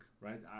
right